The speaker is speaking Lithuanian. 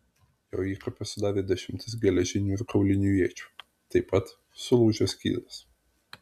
jo įkapes sudarė dešimtis geležinių ir kaulinių iečių taip pat sulūžęs skydas